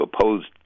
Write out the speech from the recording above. opposed